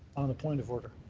on a point of order,